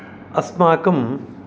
अस्माकं